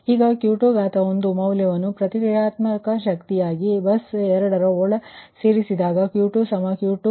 ಈಗ Q21 ಮೌಲ್ಯವನ್ನು ಪ್ರತಿಕ್ರಿಯಾತ್ಮಕ ಶಕ್ತಿಯಾಗಿ ಬಸ್ 2ನ ಒಳ ಸೇರಿಸಿದಾಗ Q2 Q21 −1